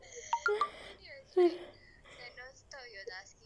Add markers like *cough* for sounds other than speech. *laughs*